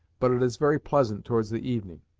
but it is very pleasant towards the evening.